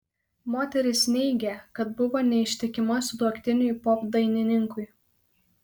moteris neigė kad buvo neištikima sutuoktiniui popdainininkui